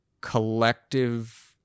collective